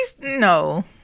no